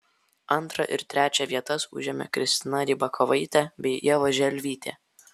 antrą ir trečią vietas užėmė kristina rybakovaitė bei ieva želvytė